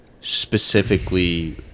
specifically